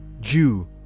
Jew